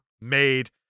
made